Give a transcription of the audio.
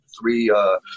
three